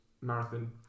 marathon